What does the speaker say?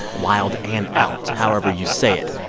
wild and out. however you say it.